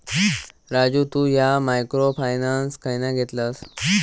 राजू तु ह्या micro finance खयना घेतलस?